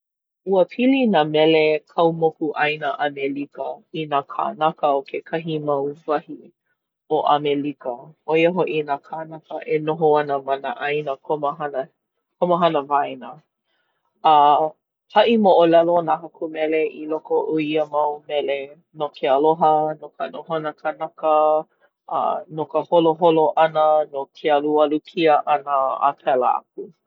Ua pili nā mele kaumokuʻāina ʻAmelika i nā kānaka o kekahi mau wahi o ʻAmelika. ʻO ia hoʻi nā kānaka e noho ana ma nā ʻāina komohana, komohana waena. A haʻi moʻolelo nā haku mele i loko o ia mau mele no ke aloha, no ka nohona kānaka, a no ka holoholo ʻana, no ke alualu kia ʻana a pēlā aku.